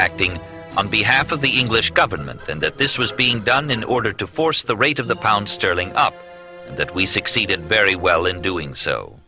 acting on behalf of the english government and that this was being done in order to force the rate of the pound sterling up that we succeeded very well in doing so